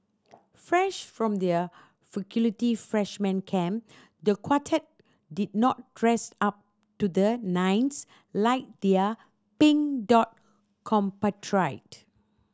fresh from their faculty freshman camp the quartet did not dress up to the nines like their Pink Dot compatriot